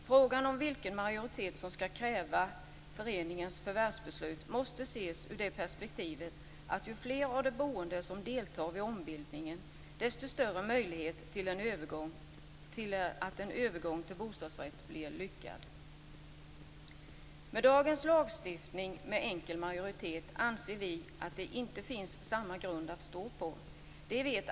Frågan om vilken majoritet som skall kräva föreningens förvärvsbeslut måste ses ur perspektivet att ju fler av de boende som deltar vid ombildningen, desto större möjlighet till att en övergång till bostadsrätt blir lyckad. Med dagens lagstiftning med enkel majoritet anser vi att det inte finns samma grund att stå på.